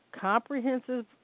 Comprehensive